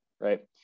right